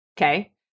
okay